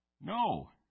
No